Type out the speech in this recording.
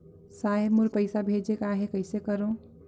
साहेब मोर पइसा भेजेक आहे, कइसे करो?